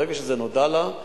ברגע שזה נודע לה היא